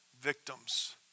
victims